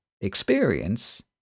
experience